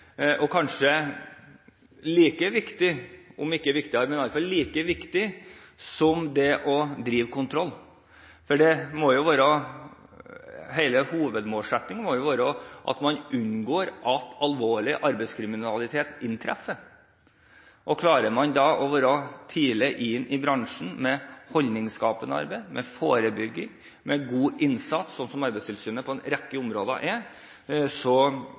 om ikke viktigere, så i alle fall like viktig – som det å drive kontroll, for hele hovedmålsettingen må jo være at man unngår at alvorlig arbeidskriminalitet inntreffer. Klarer man å komme tidlig inn i bransjen med holdningsskapende arbeid, med forebygging, med god innsats – sånn som Arbeidstilsynet på en rekke områder gjør – er